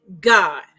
God